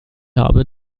habe